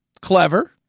clever